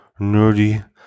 nerdy